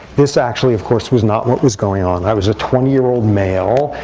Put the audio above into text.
this, actually, of course, was not what was going on. i was a twenty year old male.